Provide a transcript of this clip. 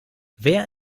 wer